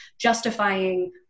justifying